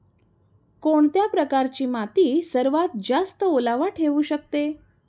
कोणत्या प्रकारची माती सर्वात जास्त ओलावा ठेवू शकते?